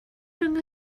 rhwng